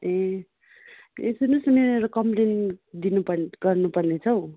ए ए सुन्नुहोस न मेरो कम्पलेन दिनु पर्ने गर्नु पर्ने छ हौ